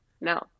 No